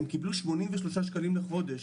הם קיבלו 83 שקלים לחודש.